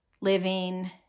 living